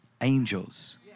angels